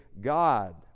God